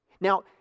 Now